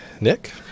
Nick